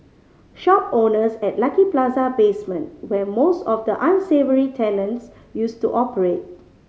shop owners at Lucky Plaza basement where most of the unsavoury tenants used to operate